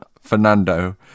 Fernando